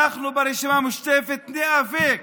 אנחנו ברשימה המשותפת ניאבק